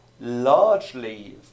largely